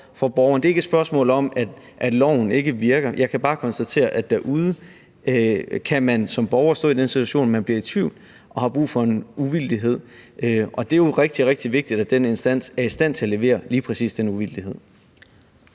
Det er ikke et spørgsmål om, at loven ikke virker. Jeg kan bare konstatere, at man som borger derude kan stå i den situation, at man bliver i tvivl og har brug for en uvildighed, og det er jo rigtig, rigtig vigtigt, at den instans er i stand til at levere lige præcis den uvildighed.